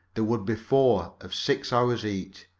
there would be four, of six hours each.